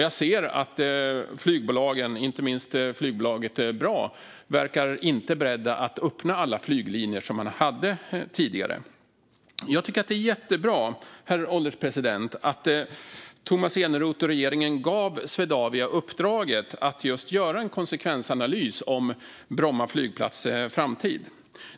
Jag ser att flygbolagen, inte minst flygbolaget BRA, inte verkar beredda att öppna alla flyglinjer som de tidigare hade. Jag tycker att det är jättebra, herr ålderspresident, att Tomas Eneroth och regeringen gav Swedavia uppdraget att göra en konsekvensanalys av Bromma flygplats framtid.